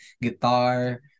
guitar